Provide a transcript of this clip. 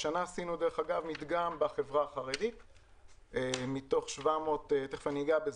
השנה עשינו מדגם בחברה החרדית ותכף אני אגע בזה.